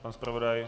Pan zpravodaj?